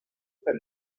per